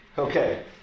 Okay